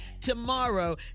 tomorrow